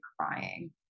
crying